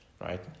right